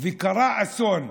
וקרה אסון,